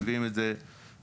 מביאים את זה ביחד.